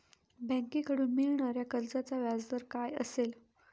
बँकेकडून मिळणाऱ्या कर्जाचा व्याजदर काय असेल?